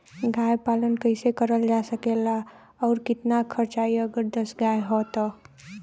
गाय पालन कइसे करल जा सकेला और कितना खर्च आई अगर दस गाय हो त?